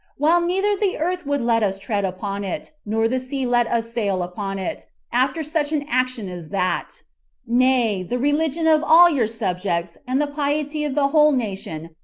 while neither the earth would let us tread upon it, nor the sea let us sail upon it, after such an action as that nay, the religion of all your subjects, and the piety of the whole nation,